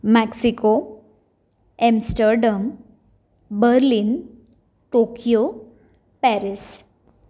Mexico Amsterdam Berlin Tokyo Paris